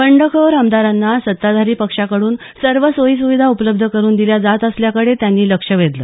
बंडखोर आमदारांना सत्ताधारी पक्षाकडून सर्व सोयी सुविधा उपलब्ध करून दिल्या जात असल्याकडे त्यांनी लक्ष वेधलं